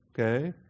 Okay